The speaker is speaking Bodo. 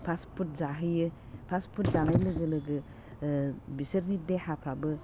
फास्ट फुड जाहैयो फास्ट फुड जानाय लोगो लोगो बिसोरनि देहाफ्राबाबो